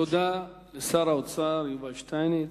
תודה לשר האוצר יובל שטייניץ.